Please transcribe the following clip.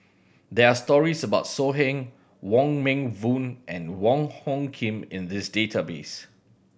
there are stories about So Heng Wong Meng Voon and Wong Hung Khim in these database